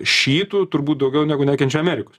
šytų turbūt daugiau negu nekenčia amerikos